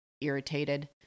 irritated